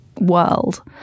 world